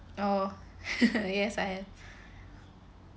oh yes I have